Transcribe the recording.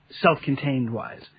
self-contained-wise